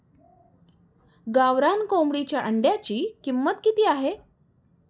गावरान कोंबडीच्या अंड्याची किंमत किती आहे?